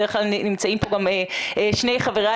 בדרך כלל נמצאים פה גם שני חבריי,